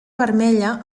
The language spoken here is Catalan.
vermella